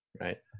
Right